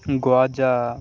গজা